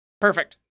Perfect